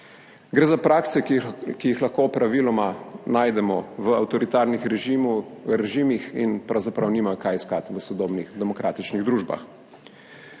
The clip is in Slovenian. Gre za prakse, ki jih lahko praviloma najdemo v avtoritarnih režimih in pravzaprav nimajo kaj iskati v sodobnih demokratičnih družbah.